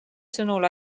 sõnul